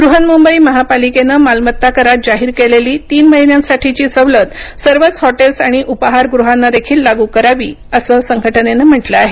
बृहन्मुंबई महापालिकेनं मालमत्ता करात जाहीर केलेली तीन महिन्यांसाठीची सवलत सर्वच हॉटेल्स आणि उपाहारगृहांना देखील लागू करावी असं संघटनेनं म्हटलं आहे